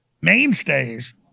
mainstays